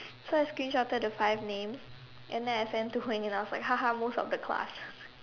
so I screenshotted the five names and then I send to Hui-Ying I was like haha most of the class